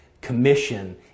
commission